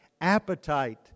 appetite